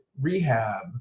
rehab